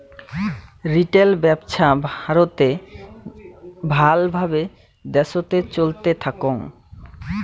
retail ব্যপছা ভারতে ভাল ভাবে দ্যাশোতে চলতে থাকং